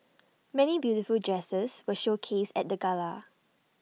many beautiful dresses were showcased at the gala